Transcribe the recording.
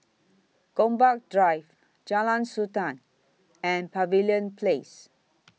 Gombak Drive Jalan Sultan and Pavilion Place